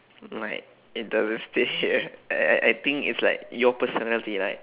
like it doesn't state here I I I I think it's like your personality like